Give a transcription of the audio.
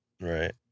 Right